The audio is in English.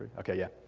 ok, yeah.